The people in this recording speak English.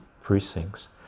precincts